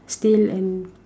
still and